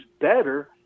better